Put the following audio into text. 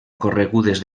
corregudes